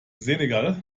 senegal